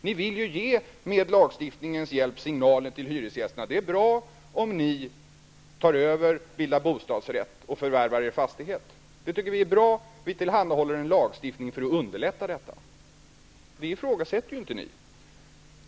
Ni vill med lagstiftningens hjälp ge signalen till hyresgästerna: Det är bra om ni tar över, bildar bostadsrättsförening och förvärvar er fastighet! Det tycker vi är bra, och vi tillhandahåller en lagstiftning för att underlätta detta. Ni ifrågasätter inte omställningslagen.